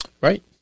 Right